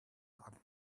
are